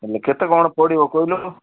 ହେଲେ କେତେ କ'ଣ ପଡ଼ିବ କହିଲ